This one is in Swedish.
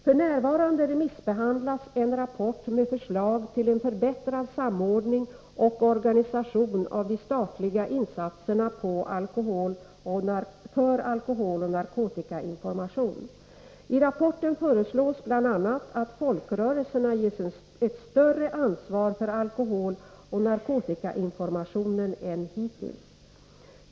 F. n. remissbehandlas en rapport med förslag till en förbättrad samordning och organisation av de statliga insatserna för alkoholoch narkotikainformation. I rapporten föreslås bl.a. att folkrörelserna ges ett större ansvar för alkoholoch narkotikainformationen än hittills.